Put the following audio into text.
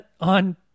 on